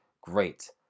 great